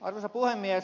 arvoisa puhemies